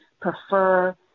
prefer